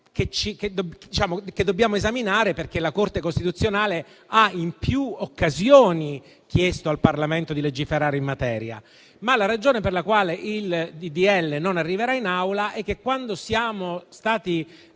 che dobbiamo esaminare perché la Corte costituzionale in più occasioni ha chiesto al Parlamento di legiferare in materia. Tuttavia, la ragione per la quale il disegno di legge non arriverà in Aula è che quando siamo stati